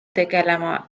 tegelema